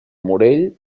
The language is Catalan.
morell